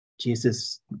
Jesus